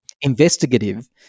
investigative